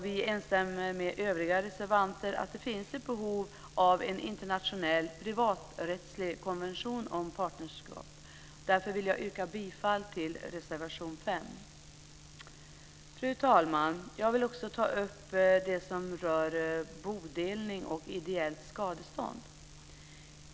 Vi instämmer med övriga reservanter i att det finns behov av en internationell privaträttslig konvention om partnerskap. Jag yrkar därför bifall till reservation 5. Fru talman! Jag vill också ta upp frågan om ideellt skadestånd i samband med bodelning.